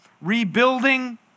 rebuilding